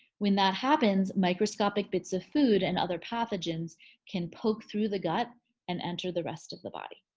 when that happens, microscopic bits of food and other pathogens can poke through the gut and enter the rest of the body.